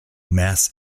mass